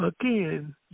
Again